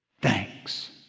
thanks